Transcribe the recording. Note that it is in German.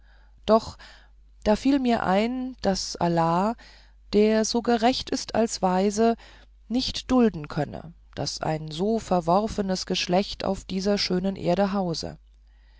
doch da fiel mir bei daß allah der so gerecht ist als weise nicht dulden könnte daß ein so verworfenes geschlecht auf dieser schönen erde hause